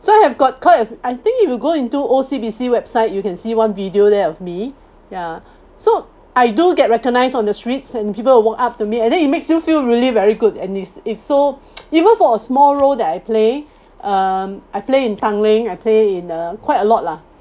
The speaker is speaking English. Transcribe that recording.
so I have got quite I think if you go into O_C_B_C website you can see one video there of me ya so I do get recognised on the streets and people will walk up to me and then it makes you feel really very good and it's it's so even for a small role that I play um I play in tanglin I play in uh quite a lot lah